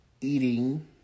eating